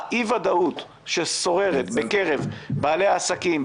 אי-הוודאות ששוררת בקרב בעלי העסקים,